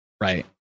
right